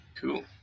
Cool